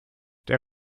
der